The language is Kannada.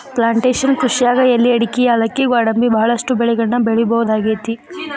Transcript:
ಪ್ಲಾಂಟೇಷನ್ ಕೃಷಿಯಾಗ್ ಎಲಿ ಅಡಕಿ ಯಾಲಕ್ಕಿ ಗ್ವಾಡಂಬಿ ಬಹಳಷ್ಟು ಬೆಳಿಗಳನ್ನ ಬೆಳಿಬಹುದಾಗೇತಿ